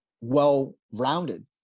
well-rounded